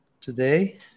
today